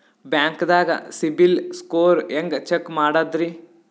ಬ್ಯಾಂಕ್ದಾಗ ಸಿಬಿಲ್ ಸ್ಕೋರ್ ಹೆಂಗ್ ಚೆಕ್ ಮಾಡದ್ರಿ?